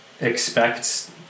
Expects